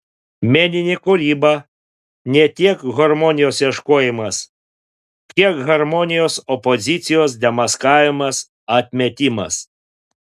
meninė kūryba ne tiek harmonijos ieškojimas kiek harmonijos opozicijos demaskavimas atmetimas